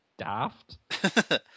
daft